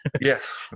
Yes